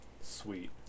Sweet